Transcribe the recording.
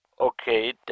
Okay